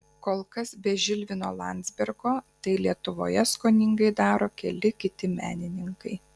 kol kas be žilvino landzbergo tai lietuvoje skoningai daro keli kiti menininkai